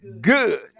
good